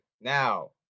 now